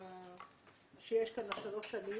מהחלוקה שיש כאן לשלוש שנים,